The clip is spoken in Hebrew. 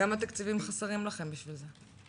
כמה תקציבים חסרים לכם בשביל זה?